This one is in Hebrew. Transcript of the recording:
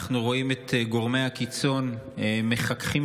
אנחנו רואים את גורמי הקיצון מחככים